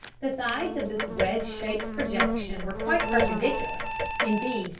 the sides of this wedge-shaped projection were quite perpendicular indeed,